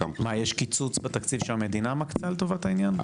יש קיצוץ בתקציב שהמדינה מקצה לטובת העניין?